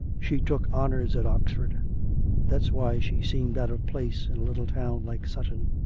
she took honours at oxford that's why she seemed out of place in a little town like sutton.